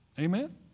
Amen